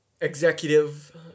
executive